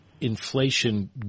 inflation